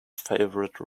favorite